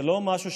זה לא משהו,